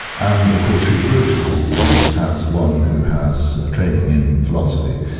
and of course she approaches all these as one who has ah training in philosophy,